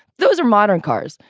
those are modern cars.